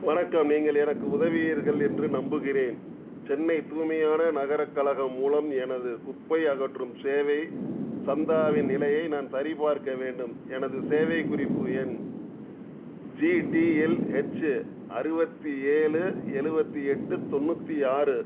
வணக்கம் நீங்கள் எனக்கு உதவுவீர்கள் என்று நம்புகிறேன் சென்னை தூய்மையான நகரக் கழகம் மூலம் எனது குப்பை அகற்றும் சேவை சந்தாவின் நிலையை நான் சரிப்பார்க்க வேண்டும் எனது சேவைக் குறிப்பு எண் ஜிடிஎல்ஹெச்சு அறுபத்தி ஏழு எழுவத்தி எட்டு தொண்ணூற்றி ஆறு